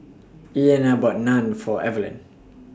Ilona bought Naan For Evelyn